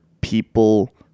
people